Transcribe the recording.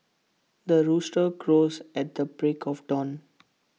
the rooster crows at the break of dawn